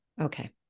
Okay